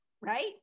right